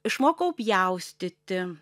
išmokau pjaustyti